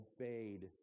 obeyed